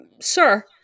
Sir